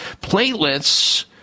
platelets